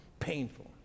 painful